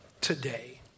Today